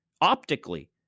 optically